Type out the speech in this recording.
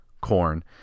corn